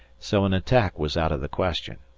so an attack was out of the question.